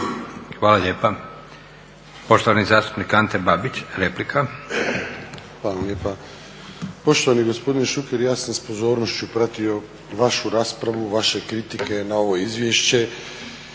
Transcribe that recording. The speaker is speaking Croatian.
Hvala lijepa. Poštovani zastupnik Ante Babić, replika. **Babić, Ante (HDZ)** Hvala lijepa. Poštovani gospodine Šuker, ja sam s pozornošću pratio vašu raspravu, vaše kritike na ovo izvješće